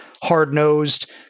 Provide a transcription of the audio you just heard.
hard-nosed